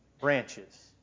branches